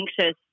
anxious